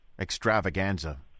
extravaganza